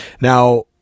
Now